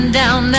down